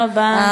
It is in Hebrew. תודה רבה.